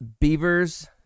beavers